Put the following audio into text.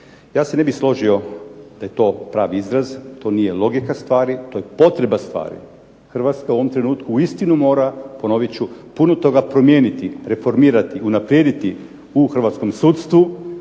Ja se ne bih složio da je to pravi izraz, to nije logika stvari, to je potreba stvari, Hrvatska u ovom trenutku doista mora puno toga promijeniti, reformirati, unaprijediti u Hrvatskom sudstvu